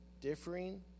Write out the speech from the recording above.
differing